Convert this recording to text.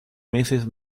meses